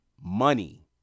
money